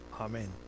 Amen